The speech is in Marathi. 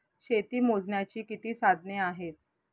शेती मोजण्याची किती साधने आहेत?